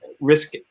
risk